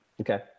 okay